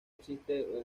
existe